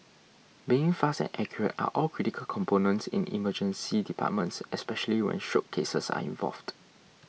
being fast and accurate are all critical components in Emergency Departments especially when stroke cases are involved